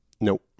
Nope